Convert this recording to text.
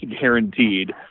guaranteed